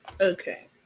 okay